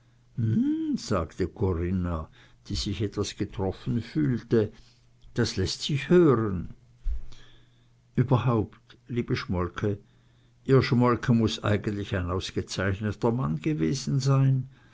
hm sagte corinna die sich etwas getroffen fühlte das läßt sich hören überhaupt liebe schmolke ihr schmolke muß eigentlich ein ausgezeichneter mann gewesen sein